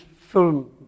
film